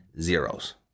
zeros